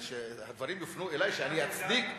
שהדברים יופנו אלי ושאני אצדיק?